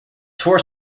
tour